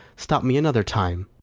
stop me another time!